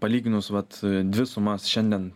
palyginus vat dvi sumas šiandien